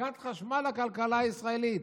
"מכת חשמל לכלכלה הישראלית,